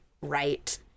right